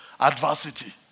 adversity